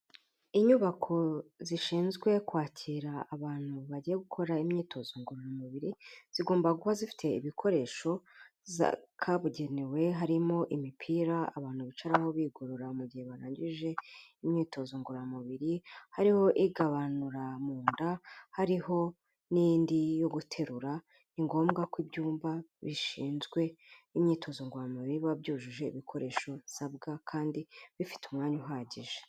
Inyubako zishinzwe kwakira abantu bagiye gukora imyitozo ngororamubiri zigomba kuba zifite ibikoresho kabugenewe harimo imipira abantu bicararaho bigorora mu gihe barangije imyitozo ngororamubiri, hariho igabanura munda, hariho n'indi yo guterura, ni ngombwa ko ibyumba bishinzwe imyitozo ngoromubiri biba byujuje ibikoresho bisabwa kandi bifite umwanya uhagije.